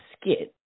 skit